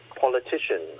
politician